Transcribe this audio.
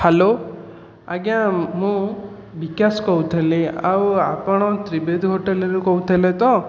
hello ଆଜ୍ଞା ମୁଁ ବିକାଶ କହୁଥିଲି ଆଉ ଆପଣ ତ୍ରିବେଦୀ ହୋଟେଲରୁ କହୁଥିଲେ ତ